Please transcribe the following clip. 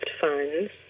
funds